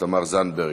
תמר זנדברג?